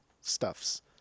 stuffs